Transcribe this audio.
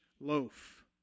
loaf